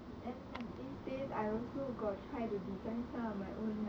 and then these days I also got try to design some of my own like